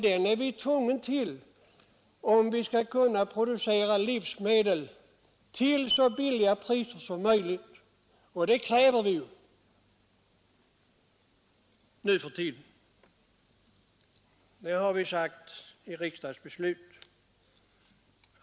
Den är vi tvungna att ha om vi skall kunna producera livsmedel till så låga priser som möjligt. Det krävs ju nu för tiden, och det har vi fastslagit i riksdagsbeslut.